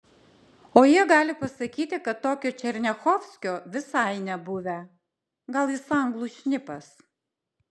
o jie gali pasakyti kad tokio černiachovskio visai nebuvę gal jis anglų šnipas